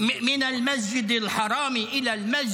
(אומר דברים בשפה הערבית, להלן